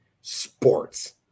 Sports